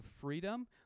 freedom